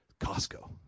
Costco